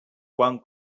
quant